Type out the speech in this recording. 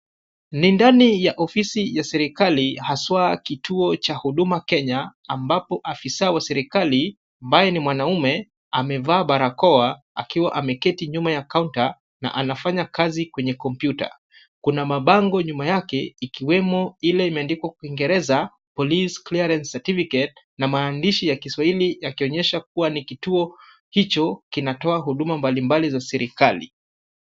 Ni ndani ya ofisi ya serekali haswa kituo cha huduma Kenya ambapo afisa wa serekali ambaye ni mwanaume amevaa barakoa akiwa ameketi nyuma ya kaunta na anafanya kazi kwenye komputa. Kuna mabango nyuma yake ikiwemo ile imeandikwa kwa kiingereza police clearance certifucate na maandishi ya kiswahili yakionyesha kuwa ni kituo hicho kinatoa huduma mbalimbali za serekali.